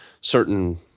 certain